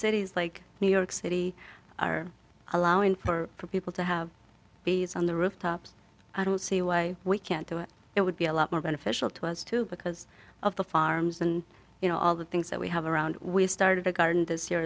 cities like new york city are allowing for people to have babies on the rooftops i don't see why we can't do it it would be a lot more beneficial to us too because of the farms and you know all the things that we have around we started a garden this year